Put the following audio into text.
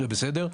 זה בסדר?